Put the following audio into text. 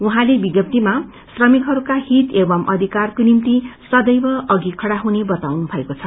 उहाँले विज्ञप्तीामा श्रमिकहरूको हित एवं अधिकारको निम्ति सदैव अघि खड़ा हुने बताउनुभएको छ